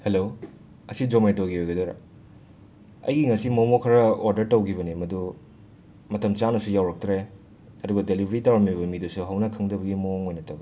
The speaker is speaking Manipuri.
ꯍꯂꯣ ꯑꯁꯤ ꯖꯣꯃꯦꯇꯣꯒꯤ ꯑꯣꯏꯕꯤꯗꯣꯏꯔꯥ ꯑꯩꯒꯤ ꯉꯁꯤ ꯃꯣꯃꯣ ꯈꯔ ꯑꯣꯔꯗꯔ ꯇꯧꯒꯤꯕꯅꯦ ꯃꯗꯨ ꯃꯇꯝ ꯆꯥꯅꯁꯨ ꯌꯧꯔꯛꯇ꯭ꯔꯦ ꯑꯗꯨꯒ ꯗꯦꯂꯤꯚꯔꯤ ꯇꯧꯔꯝꯃꯤꯕ ꯃꯤꯗꯨꯁꯨ ꯍꯧꯅ ꯈꯪꯗꯕꯒꯤ ꯃꯑꯣꯡ ꯑꯣꯏꯅ ꯇꯧꯋꯤ